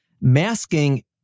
Masking